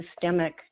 systemic